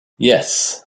yes